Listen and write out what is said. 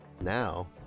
Now